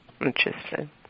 Interesting